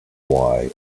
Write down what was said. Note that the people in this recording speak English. why